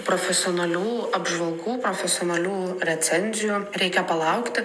profesionalių apžvalgų profesionalių recenzijų reikia palaukti